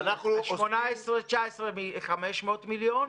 2019-2018 500 מיליון,